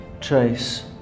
chase